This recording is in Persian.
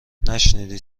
نشنیدی